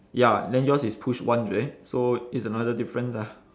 ya then yours is push one so it's another difference ah